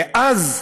ואז,